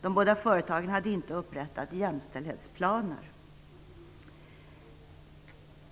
De båda företagen hade inte upprättat jämställdhetsplaner.